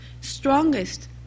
strongest